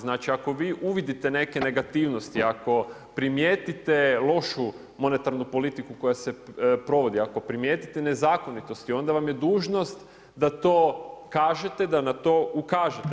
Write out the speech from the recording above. Znači ako vi uvidite neke negativnosti, ako primijetite lošu monetarnu politiku koja se provodi, ako primijetite nezakonitosti, onda vam je dužnost da to kažete, da na to ukažete.